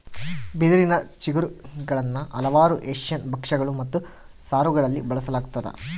ಬಿದಿರಿನ ಚಿಗುರುಗುಳ್ನ ಹಲವಾರು ಏಷ್ಯನ್ ಭಕ್ಷ್ಯಗಳು ಮತ್ತು ಸಾರುಗಳಲ್ಲಿ ಬಳಸಲಾಗ್ತದ